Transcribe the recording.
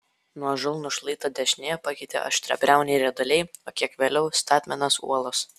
nuožulnų šlaitą dešinėje pakeitė aštriabriauniai rieduliai o kiek vėliau statmenos uolos